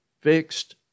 fixed